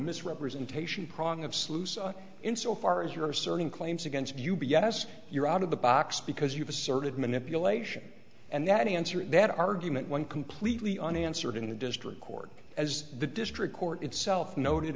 misrepresentation prong of salusa in so far as you're asserting claims against u b s you're out of the box because you've asserted manipulation and that answer that argument one completely unanswered in the district court as the district court itself noted